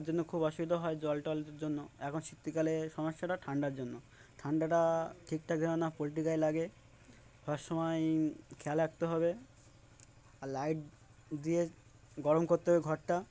তার জন্য খুব অসুবিধা হয় জল টল জন্য এখন শীতকালে সমস্যাটা ঠান্ডার জন্য ঠান্ডাটা ঠিক ঠাক ধাবে না পোলট্রি গায়ে লাগে সব সময় খেয়াল রাখতে হবে আর লাইট দিয়ে গরম করতে হবে ঘরটা